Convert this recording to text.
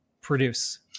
produce